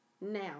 Now